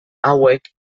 hauek